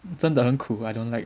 真的很苦 I don't like